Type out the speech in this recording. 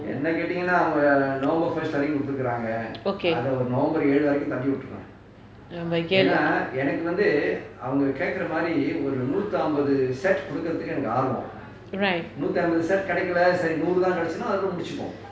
okay right